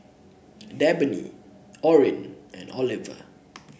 Dabney Orin and Oliver